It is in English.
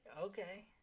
Okay